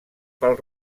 pel